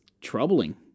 troubling